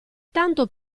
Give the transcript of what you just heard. tanto